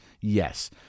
Yes